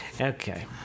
Okay